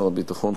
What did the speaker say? שר הביטחון,